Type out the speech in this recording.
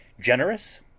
generous